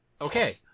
okay